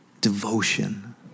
devotion